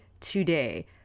today